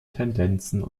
tendenzen